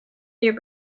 your